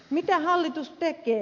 mitä hallitus tekee